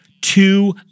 two